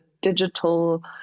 Digital